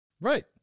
Right